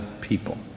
people